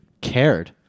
cared